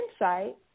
insight